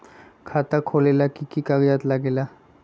खाता खोलेला कि कि कागज़ात लगेला?